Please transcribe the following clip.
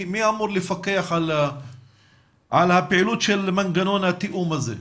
מי אמור לפקח על הפעילות של מנגנון התאום הזה?